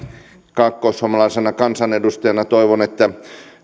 kaakkoissuomalaisena kansanedustajana toivon että